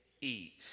eat